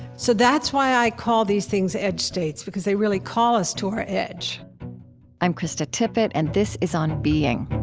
so that's why i call these things edge states, because they really call us to our edge i'm krista tippett, and this is on being